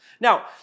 Now